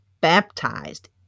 baptized